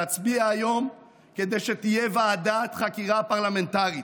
להצביע היום כדי שתהיה ועדת חקירה פרלמנטרית,